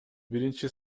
биринчи